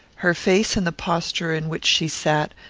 her face, in the posture in which she sat,